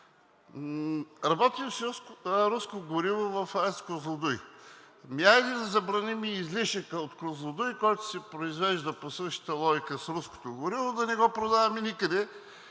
работим с руско гориво. Ами хайде да забраним и излишъка от Козлодуй, който се произвежда по същата логика с руското гориво, да не го продаваме никъде